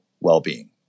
well-being